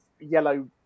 yellow